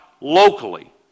locally